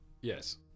Yes